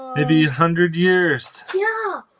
maybe hundred years. yeah,